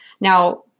Now